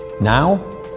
Now